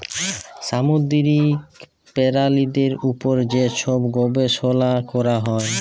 সামুদ্দিরিক পেরালিদের উপর যে ছব গবেষলা ক্যরা হ্যয়